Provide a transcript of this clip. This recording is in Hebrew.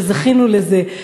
שזכינו לזה,